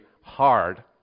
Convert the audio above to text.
hard